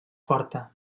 forta